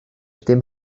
dim